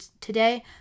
today